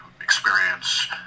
experience